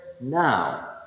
now